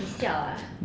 you siao ah